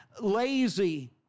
lazy